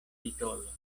titolo